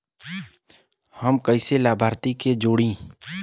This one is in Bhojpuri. हम कइसे लाभार्थी के जोड़ी?